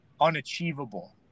unachievable